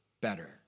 better